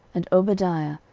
and obadiah,